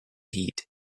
heat